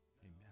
Amen